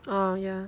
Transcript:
orh ya